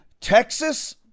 Texas